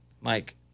Mike